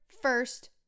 first